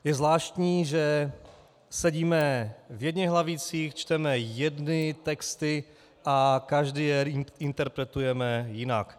Je zvláštní, že sedíme v jedněch lavicích, čteme jedny texty a každý je interpretujeme jinak.